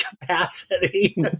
capacity